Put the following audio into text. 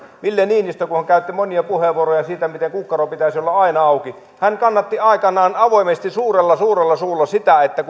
ville niinistö hän käytti monia puheenvuoroja siitä miten kukkaron pitäisi olla aina auki kannatti aikanaan avoimesti suurella suurella suulla sitä että